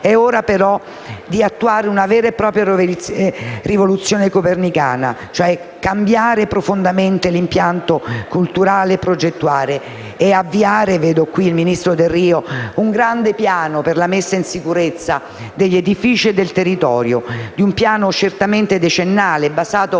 è ora di attuare una vera e propria rivoluzione copernicana: cambiare profondamente l'impianto culturale e progettuale e avviare - vedo qui il ministro Delrio - un grande piano per la messa in sicurezza degli edifici e del territorio, un piano certamente decennale, basato